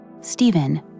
Stephen